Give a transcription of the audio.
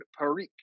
Parikh